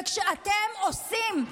וכשאתם עושים,